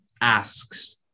asks